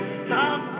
stop